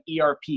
ERP